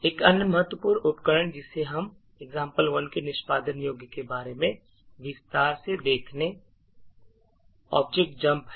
एक अन्य महत्वपूर्ण उपकरण जिसे हम example1 के निष्पादन योग्य के बारे में विस्तार से देखने जो objdump है